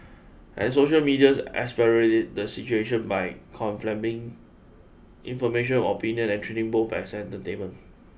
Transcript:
and social media exacerbates the situation by con flaming information opinion and treating both as entertainment